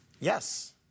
yes